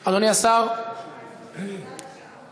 אדוני שר הבינוי והשיכון,